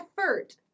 effort